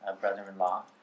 brother-in-law